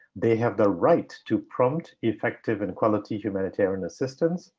they have the right to prompt effective and quality humanitarian assistance,